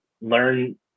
learn